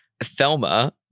Thelma